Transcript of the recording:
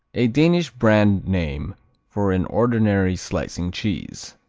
a danish brand name for an ordinary slicing cheese.